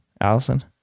Allison